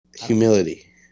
Humility